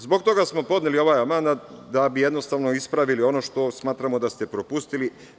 Zbog toga smo podneli ovaj amandman, da bi jednostavno ispravili ono što smatramo da ste propustili.